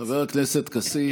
חבר הכנסת כסיף,